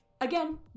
Again